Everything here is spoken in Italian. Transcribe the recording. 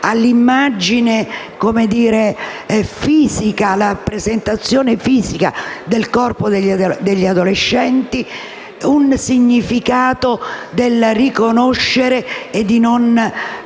all'immagine fisica, alla presentazione fisica del corpo degli adolescenti, un significato che non